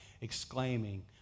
exclaiming